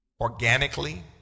Organically